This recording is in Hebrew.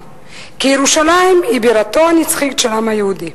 כי ירושלים היא בירתו הנצחית של העם היהודי.